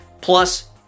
plus